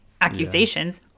accusations